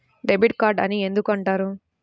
Debit card అని ఎందుకు అంటారు?